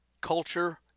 Culture